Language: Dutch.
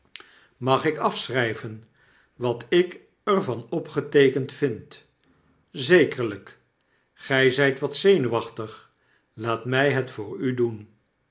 mag ik afschryven wat ik er van opgeteekend vind zekerlyk gjj zijt wat zenuwachtig laat mij het voor u doen